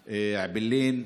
אעבלין,